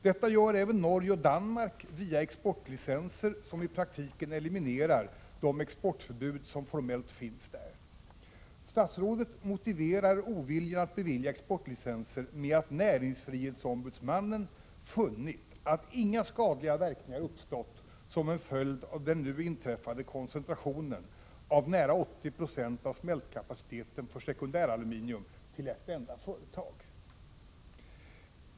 Detta gör även Norge och Danmark, via exportlicenser, som i praktiken eliminerar de exportförbud som formellt finns där. Statsrådet motiverar oviljan att bevilja exportlicenser med att näringsfrihetsombudsmannen funnit att inga skadliga verkningar uppstått som en följd av den nu inträffade koncentrationen av nära 80 90 av smältkapaciteten för sekundäraluminium till ett enda företag.